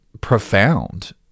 profound